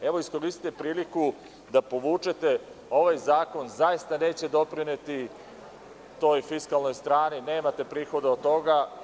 Evo iskoristite priliku da povučete ovaj zakon, zaista nećete doprineti toj fiskalnoj strani, nemate prihoda od toga.